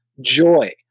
joy